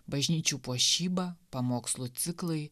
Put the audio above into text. bažnyčių puošyba pamokslų ciklai